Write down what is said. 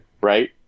right